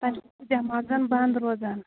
تَمہِ سٍتۍ چھُ دٮ۪ماغ بنٛد روزان